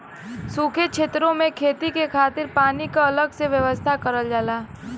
सूखे छेतरो में खेती के खातिर पानी क अलग से व्यवस्था करल जाला